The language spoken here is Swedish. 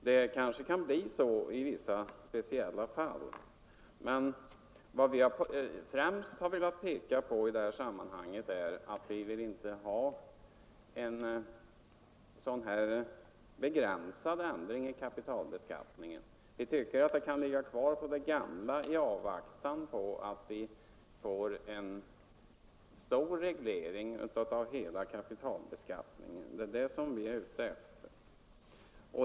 Det kanske kan bli så i vissa, speciella fall, men vad vi främst har velat peka på i det här sammanhanget är att vi inte vill ha en sådan begränsad ändring av kapitalbeskattningen. Vi tycker att den gamla skattepliktsgränsen kan ligga kvar i avvaktan på att vi får en stor reglering av hela kapitalbeskattningen; det är alltså det som vi är ute efter.